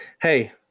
Hey